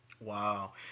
Wow